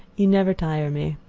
you never tire me.